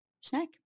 snack